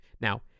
Now